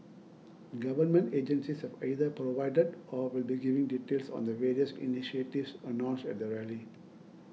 government agencies have either provided or will be giving details on the various initiatives announced at the rally